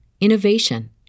innovation